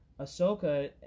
Ahsoka